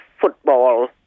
football